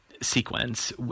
sequence